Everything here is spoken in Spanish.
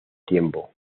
tiempo